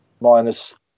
minus